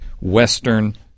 Western